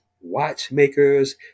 watchmakers